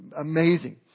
Amazing